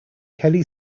kelly